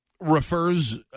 refers